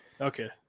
okay